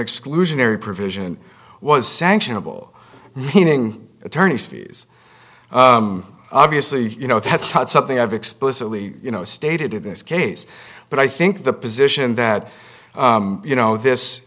exclusionary provision was sanctionable meaning attorney's fees obviously you know that's not something i've explicitly stated in this case but i think the position that you know this